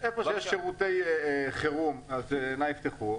כשיש שירותי חירום אז נא יפתחו,